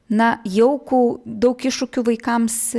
na jaukų daug iššūkių vaikams